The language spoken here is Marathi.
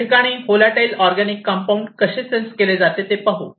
याठिकाणी होलाटाईल ऑरगॅनिक कंपाऊंड कसे सेन्स केले जाते ते पाहू